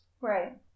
Right